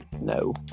No